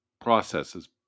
processes